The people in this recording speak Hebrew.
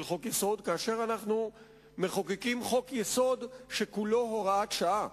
חוק-יסוד: פעם בכך שאנחנו משנים חוק-יסוד במהלך חקיקה מהיר,